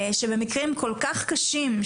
שבמקרים כל כך קשים,